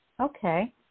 Okay